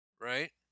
right